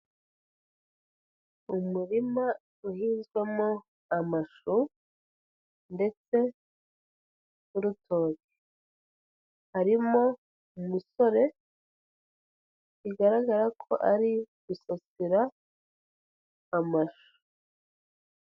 Umurima uhinzwemo amashu ndetse urutoki, harimo umusore, bigaragara ko ari gusasira amashu.